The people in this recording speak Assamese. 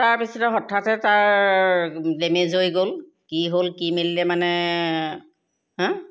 তাৰপিছতে হঠাতে তাৰ ডেমেজ হৈ গ'ল কি হ'ল কি মেলিলে মানে হা